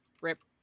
Rip